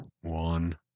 One